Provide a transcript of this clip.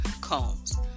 combs